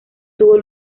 tuvo